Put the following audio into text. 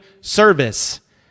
Service